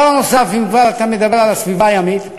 הדבר הנוסף, אם כבר אתה מדבר על הסביבה הימית,